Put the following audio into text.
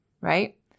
right